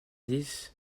dix